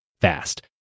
fast